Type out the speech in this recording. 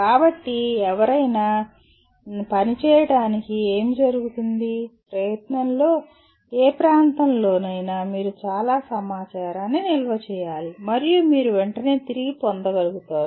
కాబట్టి ఎవరైనా పనిచేయడానికి ఏమి జరుగుతుంది ప్రయత్నంలో ఏ ప్రాంతంలోనైనా మీరు చాలా సమాచారాన్ని నిల్వ చేయాలి మరియు మీరు వెంటనే తిరిగి పొందగలుగుతారు